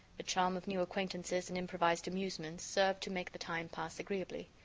the charm of new acquaintances and improvised amusements served to make the time pass agreeably.